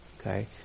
okay